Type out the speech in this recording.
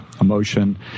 emotion